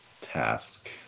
task